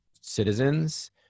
citizens